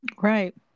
Right